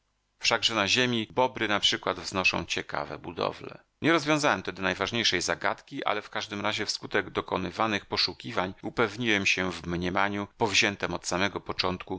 wszakże na ziemi bobry naprzykład wznoszą ciekawe budowle nie rozwiązałem tedy najważniejszej zagadki ale w każdym razie wskutek dokonywanych poszukiwań upewniłem się w mniemaniu powziętem od samego początku